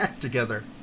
together